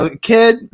kid –